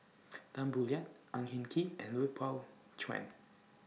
Tan Boo Liat Ang Hin Kee and Lui Pao Chuen